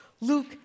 Luke